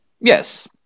Yes